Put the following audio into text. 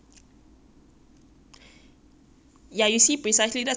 ya you see precisely that's the problem I cannot do that that's why I need to find someone who can